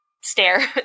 stare